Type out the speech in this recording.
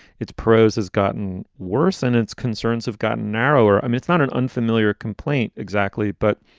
its prose has gotten worse and its concerns have gotten narrower. i mean, it's not an unfamiliar complaint exactly, but